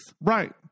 right